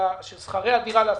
מה הם מתכוונים לעשות.